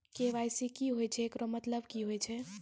KYC की होय छै, एकरो मतलब की होय छै?